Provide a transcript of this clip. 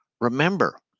Remember